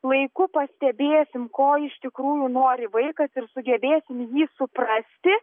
laiku pastebėsim ko iš tikrųjų nori vaikas ir sugebėsim jį suprasti